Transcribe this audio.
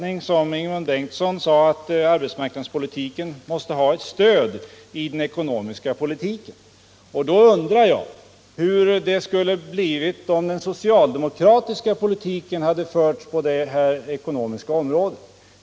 Jag delar helt Ingemund Bengtssons uppfattning att arbetsmarknadspolitiken måste ha ett stöd i den ekonomiska politiken. Men jag undrar hur det skulle ha blivit om den socialdemokratiska ekonomiska politiken hade förts.